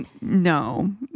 no